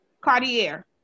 Cartier